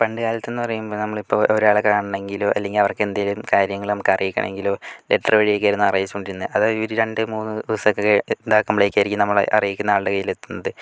പണ്ടുകാലത്ത് എന്ന് പറയുമ്പോൾ നമ്മൾ ഇപ്പോൾ ഒരാളെ കാണണെങ്കിലോ അല്ലെങ്കിൽ അവർക്ക് എന്തെങ്കിലും കാര്യങ്ങള് നമുക്ക് അറിയിക്കണെങ്കിലോ ലെറ്റർ വഴി ഒക്കെ ആണ് അറിയിച്ചുകൊണ്ട് ഇരുന്നത് അത് ഇവര് രണ്ടുമൂന്നു ദിവസമൊക്കെ ഇതാകുമ്പോളായിരിക്കും നമ്മള് അറിയിക്കുന്ന ആളുടെ കൈയിൽ എത്തുന്നത്